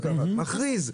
מכריז,